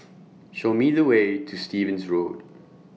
Show Me The Way to Stevens Road